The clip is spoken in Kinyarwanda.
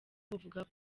buvuga